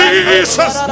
Jesus